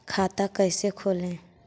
खाता कैसे खोले?